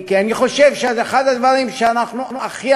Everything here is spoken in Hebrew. כי אני חושב שאחד הדברים שאנחנו הכי